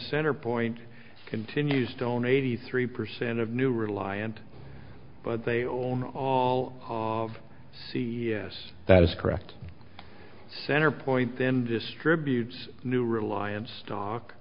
centrepoint continues to own eighty three percent of new reliant but they own all of c e o s that is correct centrepoint them distributes new reliance stock